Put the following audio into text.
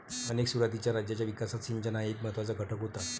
अनेक सुरुवातीच्या राज्यांच्या विकासात सिंचन हा एक महत्त्वाचा घटक होता